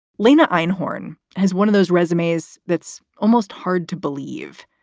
like and einhorn has one of those resumes that's almost hard to believe.